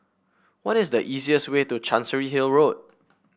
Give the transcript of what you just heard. what is the easiest way to Chancery Hill Road